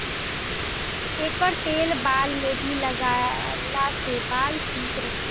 एकर तेल बाल में भी लगवला से बाल ठीक रहेला